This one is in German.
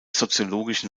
soziologischen